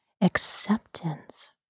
Acceptance